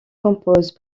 compose